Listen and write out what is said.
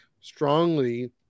strongly